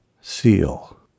seal